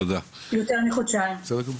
בסדר גמור.